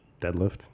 deadlift